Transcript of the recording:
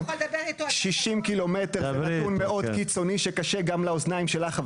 60 ק"מ זה נתון מאוד קיצוני שקשה גם לאוזניים שלך,